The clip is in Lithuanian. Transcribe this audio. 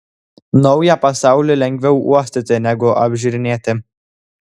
naują pasaulį lengviau uostyti negu apžiūrinėti